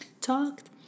talked